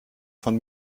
von